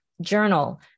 journal